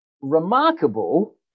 remarkable